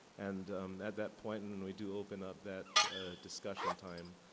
and at that point and when we do open up that discussion time,